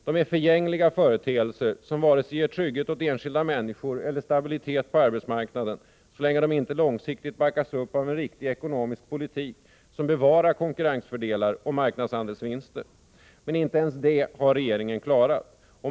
De är förgängliga företeelser som inte ger vare sig trygghet åt enskilda människor eller stabilitet på arbetsmarknaden, så länge de inte långsiktigt backas upp av en riktig ekonomisk politik som bevarar konkurrensfördelar och marknadsandelsvinster. Men inte ens det har regeringen klarat.